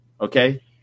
Okay